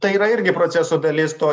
tai yra irgi proceso dalis to